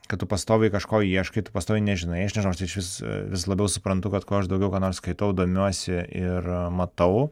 kad tu pastoviai kažko ieškai tu pastoviai nežinai aš nežinau aš tai išvis vis labiau suprantu kad kuo aš daugiau ką nors skaitau domiuosi ir matau